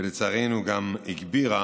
ולצערנו גם הגבירה